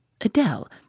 Adele